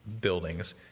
buildings